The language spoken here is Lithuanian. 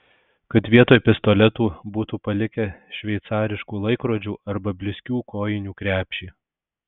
kad vietoj pistoletų būtų palikę šveicariškų laikrodžių arba blizgių kojinių krepšį